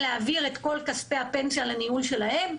להעביר את כל כספי הפנסיה לניהול שלהם.